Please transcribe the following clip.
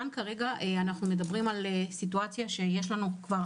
כאן אנחנו מדברים כרגע על סיטואציה שיש להו כבר